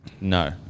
No